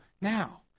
now